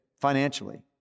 financially